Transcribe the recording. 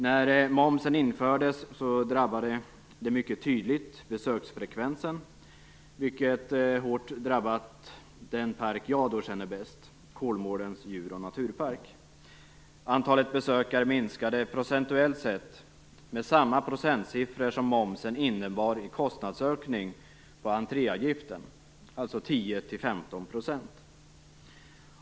När momsen infördes påverkade detta besöksfrekvensen, vilket mycket hårt drabbade den djurpark som jag känner bäst, nämligen Kolmårdens djur och naturpark. Antalet besökare minskade med samma procentsiffra som momsen innebar i kostnadsökning när det gäller entréavgiften, dvs. 10-15 %.